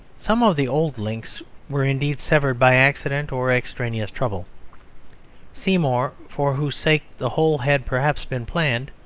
some of the old links were indeed severed by accident or extraneous trouble seymour, for whose sake the whole had perhaps been planned,